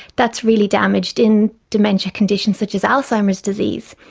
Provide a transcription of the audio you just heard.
that's really damaged in dementia conditions such as alzheimer's disease.